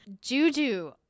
Juju